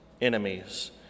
enemies